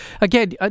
Again